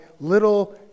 little